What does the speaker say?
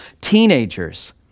teenagers